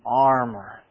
armor